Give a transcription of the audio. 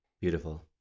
Beautiful